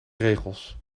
regels